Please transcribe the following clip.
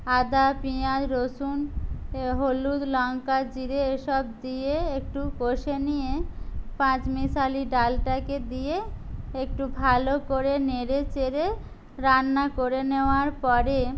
আদা পেঁয়াজ রসুন এ হলুদ লঙ্কা জিরে এসব দিয়ে একটু কষে নিয়ে পাঁচমিশালি ডালটাকে দিয়ে একটু ভালো করে নেড়ে চেড়ে রান্না করে নেওয়ার পরে